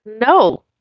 No